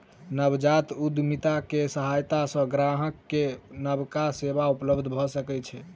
नवजात उद्यमिता के सहायता सॅ ग्राहक के नबका सेवा उपलब्ध भ सकै छै